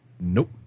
Nope